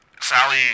Sally